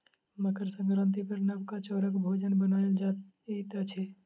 मकर संक्रांति पर नबका चौरक भोजन बनायल जाइत अछि